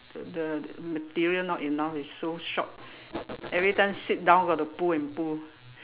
the material not enough it's so short every time sit down got to pull and pull